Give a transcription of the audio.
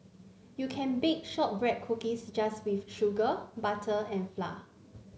you can bake shortbread cookies just with sugar butter and flour